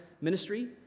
ministry